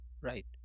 right